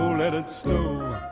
let it snow!